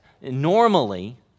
normally